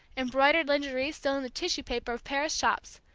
embroidered lingerie still in the tissue paper of paris shops,